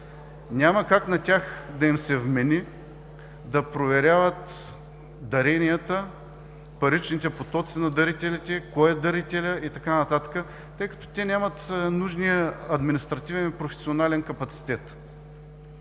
Няма как на тях да им се вмени да проверяват даренията, паричните потоци на дарителите, кой е дарителят и така нататък, тъй като те нямат нужния административен и професионален капацитет.